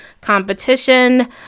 competition